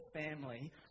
family